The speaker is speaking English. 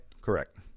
Correct